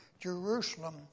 Jerusalem